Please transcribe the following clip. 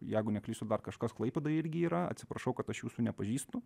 jeigu neklystu dabar kažkas klaipėdoj irgi yra atsiprašau kad aš jūsų nepažįstu